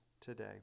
today